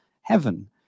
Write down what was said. heaven